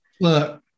Look